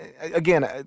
again